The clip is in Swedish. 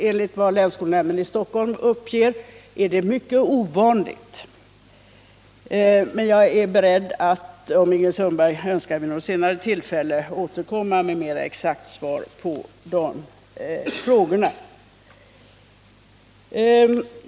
Enligt vad länsskolnämnden i Stockholm uppger är det mycket ovanligt. Men jag är beredd att, om Ingrid Sundberg så önskar, vid något senare tillfälle återkomma med ett mera exakt svar på denna fråga.